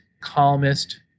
calmest